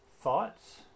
thoughts